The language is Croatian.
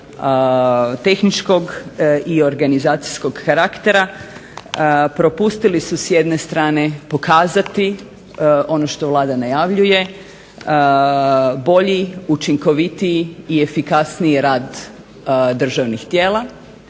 tehničkog i organizacijskog karaktera propustili su s jedne strane pokazati ono što Vlada najavljuje bolji, učinkovitiji i efikasniji rad državnih tijela,